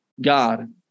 God